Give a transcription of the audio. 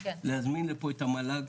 להזמין לפה את המל"ג,